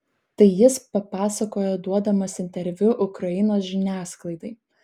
tai jis papasakojo duodamas interviu ukrainos žiniasklaidai